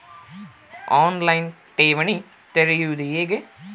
On line ಠೇವಣಿ ತೆರೆಯುವುದು ಹೇಗೆ?